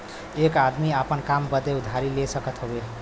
एक आदमी आपन काम बदे उधारी ले सकत हउवे